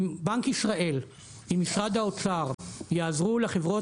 אם בנק ישראל ומשרד האוצר יעזרו לחברות